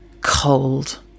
cold